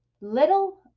little